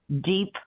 deep